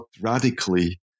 radically